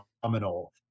phenomenal